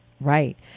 Right